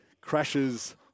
crashes